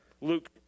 Luke